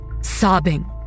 sobbing